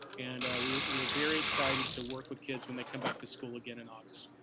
and we're we're very excited to work with kids when they come back to school again in august.